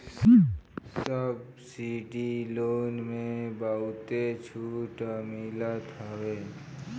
subsidy loan में बहुते छुट मिलत हवे